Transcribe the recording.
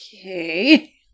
Okay